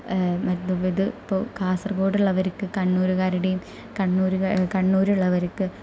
മ് ഇത് ഇപ്പോൾ കാസർഗോഡുള്ളവർക്ക് കണ്ണൂരുകാരുടെയും കണ്ണൂർകാ കണ്ണൂരുള്ളവർക്ക്